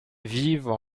vivent